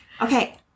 Okay